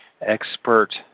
expert